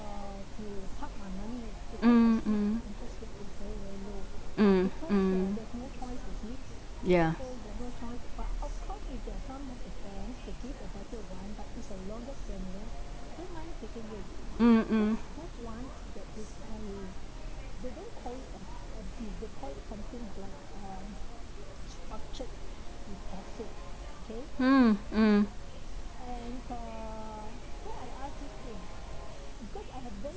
mm mm mm mm yeah mm mm mm mm